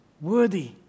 worthy